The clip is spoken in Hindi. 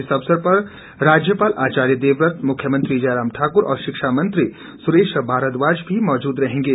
इस अवसर पर राज्यपाल आचार्य देवव्रत मुख्यमंत्री जयराम ठाकुर और शिक्षा मंत्री सुरेश भारद्वाज भी मौजूद रहेंगे